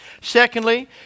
Secondly